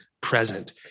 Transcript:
present